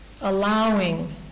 allowing